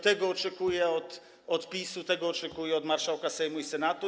Tego oczekuje od PiS, tego oczekuje od marszałków Sejmu i Senatu.